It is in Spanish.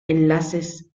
enlaces